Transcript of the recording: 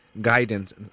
guidance